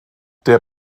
der